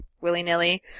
willy-nilly